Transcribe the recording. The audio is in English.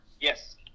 Yes